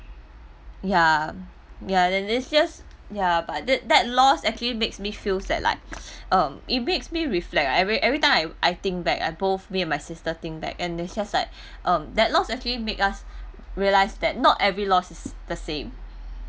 ya ya it's that's just ya but that that loss actually makes me feel sad like um it makes me reflect every every time I w~ I think back both me and my sister think back and that's just like um that loss actually make us realise that not every loss is the same